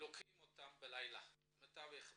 לוקחים אותם בלילה, המתווך בא,